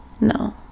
No